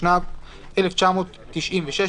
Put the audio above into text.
התשנ"ו 1996,